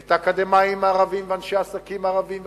את האקדמאים הערבים ואנשי העסקים הערבים,